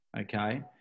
Okay